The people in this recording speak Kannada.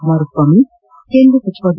ಕುಮಾರಸ್ನಾಮಿ ಕೇಂದ್ರ ಸಚಿವ ಡಿ